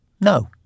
no